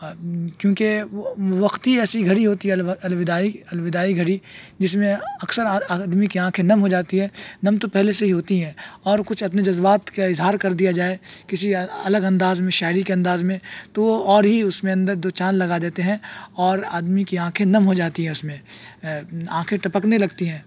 کیونکہ وہ وقت ہی ایسی گھڑی ہوتی ہے الوداعی الوداعی گھڑی جس میں اکثر آدمی کی آنکھیں نم ہو جاتی ہیں نم تو پہلے سے ہی ہوتی ہیں اور کچھ اپنے جذبات کا اظہار کر دیا جائے کسی الگ انداز میں شاعری کے انداز میں تو وہ اور ہی اس میں اندر دو چاند لگا دیتے ہیں اور آدمی کی آنکھیں نم ہو جاتی ہے اس میں آنکھیں ٹپکنے لگتی ہیں